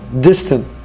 distant